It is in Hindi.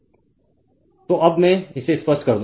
Refer Slide Time 0555 तो अब मैं इसे स्पष्ट कर दूं